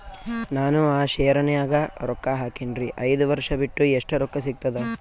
ನಾನು ಆ ಶೇರ ನ್ಯಾಗ ರೊಕ್ಕ ಹಾಕಿನ್ರಿ, ಐದ ವರ್ಷ ಬಿಟ್ಟು ಎಷ್ಟ ರೊಕ್ಕ ಸಿಗ್ತದ?